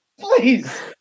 please